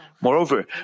Moreover